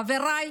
חבריי,